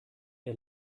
der